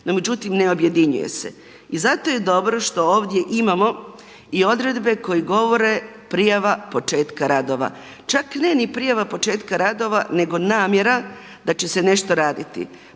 međutim ne objedinjuje se. I zato je dobro što ovdje imamo i odredbe koje govore prijava početka radova. Čak ne ni prijava početka radova nego namjera da će se nešto raditi.